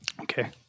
Okay